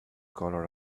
color